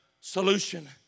solution